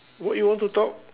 what you want to talk